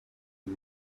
and